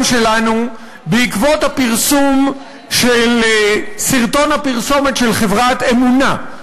שלנו בעקבות הפרסום של סרטון הפרסומת של חברת "באמונה"